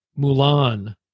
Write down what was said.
Mulan